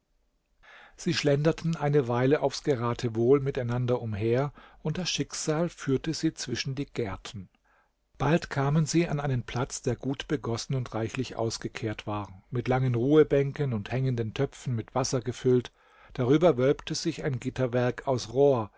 sie schlenderten eine weile aufs geratewohl miteinander umher und das schicksal führte sie zwischen die gärten bald kamen sie an einen platz der gut begossen und reinlich ausgekehrt war mit langen ruhebänken und hängenden töpfen mit wasser gefällt darüber wölbte sich ein gitterwerk aus rohr